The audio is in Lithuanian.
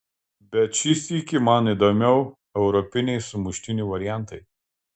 bet šį sykį man įdomiau europiniai sumuštinių variantai